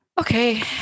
okay